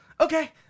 okay